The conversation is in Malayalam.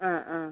ആ ആ